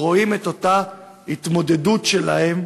רואים את ההתמודדות שלהם,